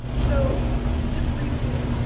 so just briefly,